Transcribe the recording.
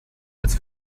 als